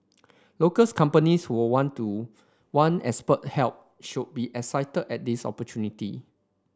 locals companies who would want to want expert help should be excited at this opportunity